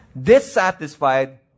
dissatisfied